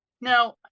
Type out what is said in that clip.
now